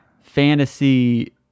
fantasy